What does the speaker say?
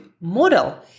model